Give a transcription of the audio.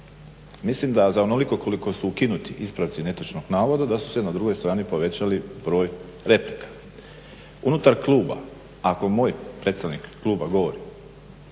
Mislim da za onoliko koliko su ukinuti ispravci netočnog navoda da su se na drugoj strani povećali broj replika. Unutar kluba ako moj predstavnik kluba govori